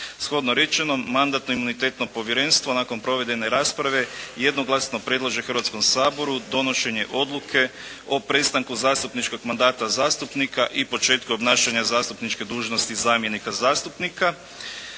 Shodno rečeno, Mandatno-imunitetno povjerenstvo nakon provedene rasprave jednoglasno predlaže Hrvatskom saboru donošenje odluke o prestanku zastupničkog mandata zastupnika i početku obnašanja zastupničke dužnosti zamjenika zastupnika.